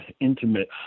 intimate